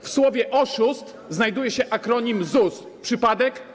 W słowie oszust znajduje się akronim ZUS - przypadek?